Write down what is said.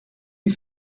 lui